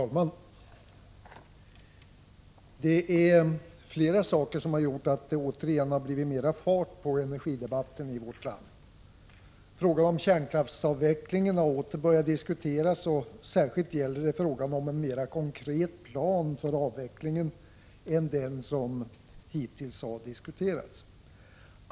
Fru talman! Det är flera saker som har gjort att det återigen har blivit mera fart på energidebatten i vårt land. Frågan om kärnkraftsavvecklingen har åter börjat diskuteras. Särskilt gäller det frågan om en mer konkret plan för avvecklingen än den som hittills har diskuterats.